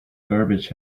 garbage